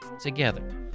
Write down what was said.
together